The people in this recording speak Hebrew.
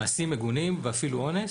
מעשים מגונים ואפילו אונס,